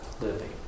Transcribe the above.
living